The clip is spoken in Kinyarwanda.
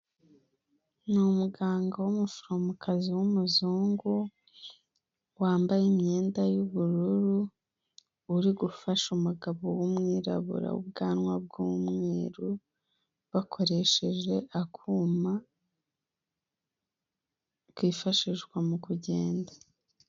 Ni umuganga w'umuforomokazi w'umuzungu, wambaye imyenda y'ubururu, uri gufasha umugabo w'umwirabura w'ubwanwa bw'umweru, bakoresheje akuma kifashishwa mu kugenda.